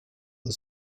are